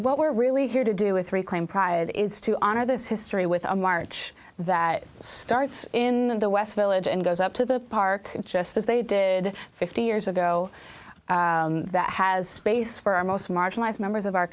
what we're really here to do with reclaim pride is to honor this history with a march that starts in the west village and goes up to the park just as they did fifty years ago that has space for our most marginalized members o